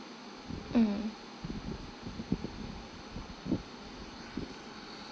mm